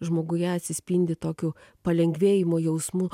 žmoguje atsispindi tokiu palengvėjimo jausmu